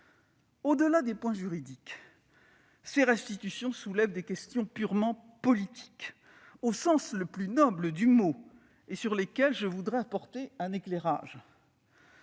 Au-delà des points juridiques, ces restitutions soulèvent des questions purement politiques, au sens le plus noble du mot, sur lesquelles je voudrais apporter un éclairage.